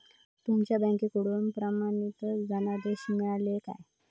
तुमका बँकेकडून प्रमाणितच धनादेश मिळाल्ले काय?